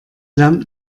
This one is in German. lernt